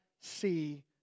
see